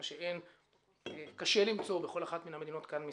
מה שקשה למצוא בכל אחת מן המדינות כאן מסביב.